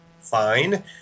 Fine